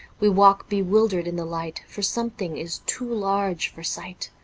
we walk bewildered in the light, for something is too large for sight.